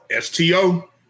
STO